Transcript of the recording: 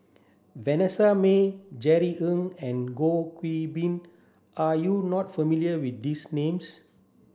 Vanessa Mae Jerry Ng and Goh Qiu Bin are you not familiar with these names